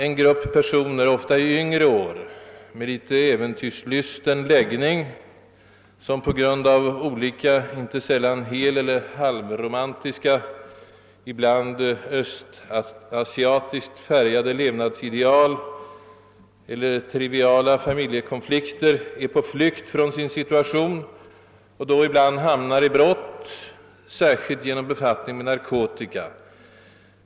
En grupp personer, ofta i yngre år, med litet äventyrslysten läggning, vilka på grund av olika inte sällan heleller halvromantiska, ibland östasiatiskt färgade levnadsideal eller på grund av triviala familjekonflikter är på flykt från sin situation och då ibland hamnar i brott, särskilt genom befattning med narkotika.